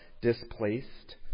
displaced